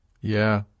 Yeah